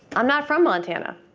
i'm not from montana.